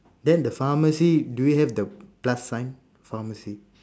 then the pharmacy do you have the plus sign pharmacy